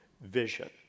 vision